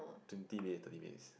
twenty minutes thirty minutes